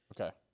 Okay